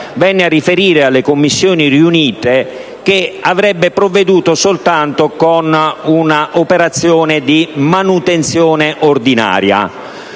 venne a riferire alle Commissioni riunite che avrebbe provveduto soltanto con un'operazione di manutenzione ordinaria.